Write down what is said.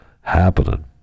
happening